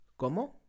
¿Cómo